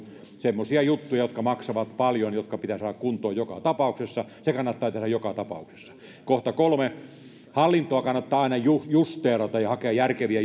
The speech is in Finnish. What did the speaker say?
semmoisia juttuja jotka maksavat paljon jotka pitää saada kuntoon joka tapauksessa se kannattaa tehdä joka tapauksessa kohta kolme hallintoa kannattaa aina justeerata ja hakea järkeviä